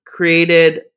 created